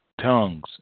tongues